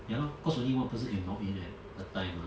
ya lor cause only one person can log in at a time mah